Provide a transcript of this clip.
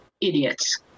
idiots